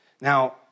Now